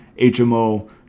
HMO